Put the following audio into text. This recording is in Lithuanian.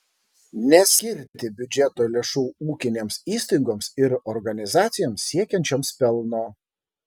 neskirti biudžeto lėšų ūkinėms įstaigoms ir organizacijoms siekiančioms pelno